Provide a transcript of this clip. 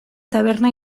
taberna